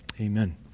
Amen